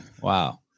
Wow